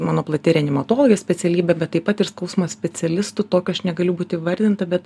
mano plati reanimatologės specialybė bet taip pat ir skausmo specialistu tokiu aš negaliu būt įvardinta bet